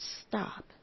stop